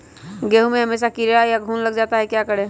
गेंहू में हमेसा कीड़ा या घुन लग जाता है क्या करें?